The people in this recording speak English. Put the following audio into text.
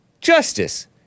Justice